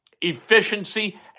Efficiency